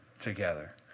together